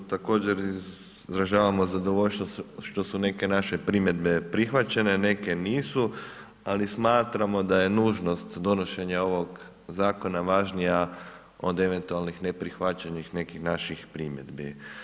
Također izražavamo zadovoljstvo što su neke naše primjedbe prihvaćene, neke nisu, ali smatramo da je nužnost donošenje ovog zakona važnija od eventualnih neprihvaćenih nekih naših primjedbi.